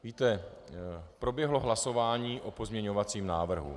Víte, proběhlo hlasování o pozměňovacím návrhu.